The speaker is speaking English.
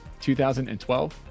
2012